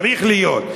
זה צריך להיות.